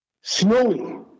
snowy